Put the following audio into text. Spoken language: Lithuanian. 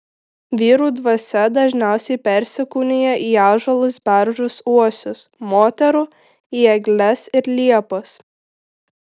vyrų dvasia dažniausiai persikūnija į ąžuolus beržus uosius moterų į egles ir liepas